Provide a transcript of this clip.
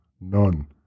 None